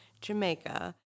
Jamaica